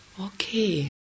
Okay